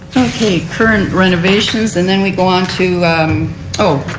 okay. current renovations. and then we go on to oh,